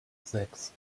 sechs